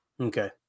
Okay